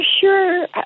sure